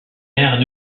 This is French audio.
ère